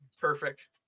perfect